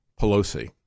Pelosi